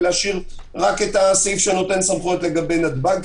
ולהשאיר רק את הסעיף שנותן סמכויות לגבי נתב"ג,